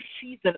season